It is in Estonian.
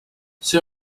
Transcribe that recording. see